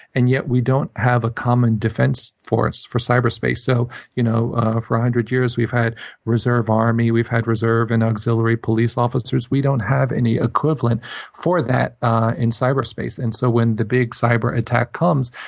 and yet, we don't have a common defense for us for cyber space. so you know ah for one hundred years, we've had reserve army. we've had reserve and auxiliary police officers. we don't have any equivalent for that in cyber space. and so when the big cyber attack comes,